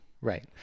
right